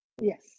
Yes